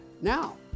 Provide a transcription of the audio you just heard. Now